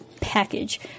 package